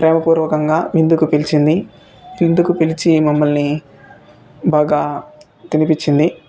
ప్రేమ పూర్వకంగా విందుకు పిలిచింది విందుకు పిలిచి మమ్మల్ని బాగా తినిపించింది